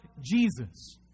jesus